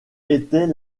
était